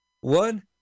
one